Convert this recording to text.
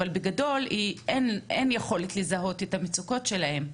אבל בגדול אין יכולת לזהות את המצוקות שלהן,